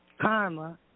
Karma